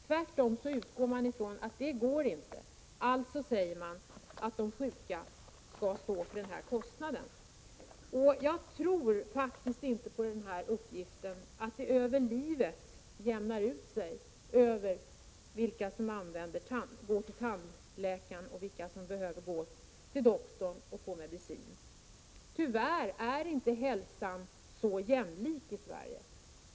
Tvärtom utgår man ifrån att det inte går. Alltså säger man att de sjuka skall stå för kostnaden. Jag tror faktiskt inte på uppgiften att det jämnar ut sig över livet när det gäller vilka som går till tandläkaren och vilka som behöver gå till doktorn och få medicin. Tyvärr är inte hälsan så jämlik i Sverige.